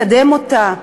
לקדם אותה,